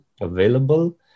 available